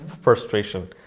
frustration